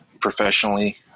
professionally